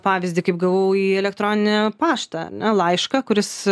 pavyzdį kaip gavau į elektroninį paštą ar ne laišką kuris